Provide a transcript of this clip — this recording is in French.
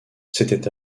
s’était